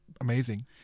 amazing